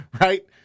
right